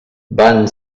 van